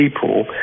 people